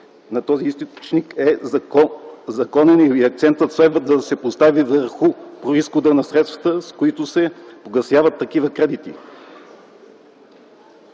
дали този източник е законен или акцентът следва да се поставя върху произхода на средствата, с които се погасяват такива кредити.